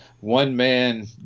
one-man